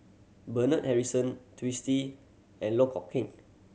Bernard Harrison Twisstii and Loh Kok Heng